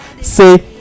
say